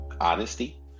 honesty